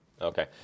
Okay